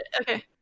Okay